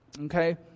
Okay